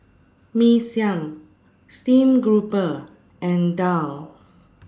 Mee Siam Stream Grouper and Daal